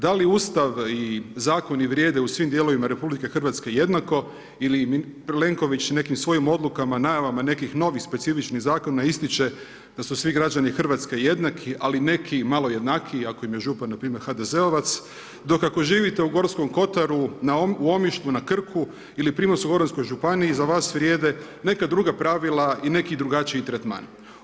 Da li Ustav i zakoni vrijede u svim dijelovima Republike Hrvatske jednako ili Plenković nekim svojim odlukama, najavama nekih novih specifičnih zakona ističe da su svi građani Hrvatske jednaki, a neki malo jednakiji ako im je župan na primjer HDZ-ovac, do kako živite u Gorskom kotaru u Omišlju na Krku ili Primorsko-goranskoj županiji za vas vrijede neka druga pravila i neki drugačiji tretman.